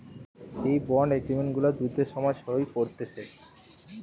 যে bond agreement গুলা যুদ্ধের সময় সই করতিছে